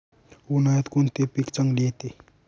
उन्हाळ्यात कोणते पीक चांगले येते?